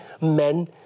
men